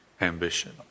ambition